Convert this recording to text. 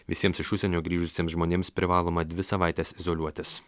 visiems iš užsienio grįžusiems žmonėms privaloma dvi savaites izoliuotis